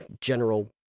general